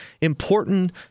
important